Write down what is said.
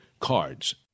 cards